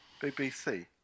BBC